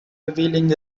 revealing